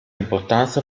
importanza